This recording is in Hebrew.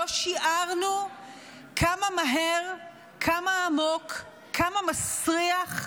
לא שיערנו כמה מהר זה יקרה, כמה עמוק, כמה מסריח,